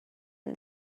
and